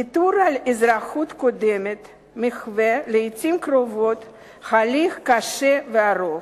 ויתור על אזרחות קודמת מהווה לעתים קרובות הליך קשה וארוך.